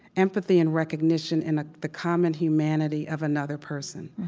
empathy and recognition in ah the common humanity of another person.